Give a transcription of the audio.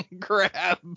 crab